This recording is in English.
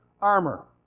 armor